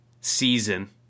season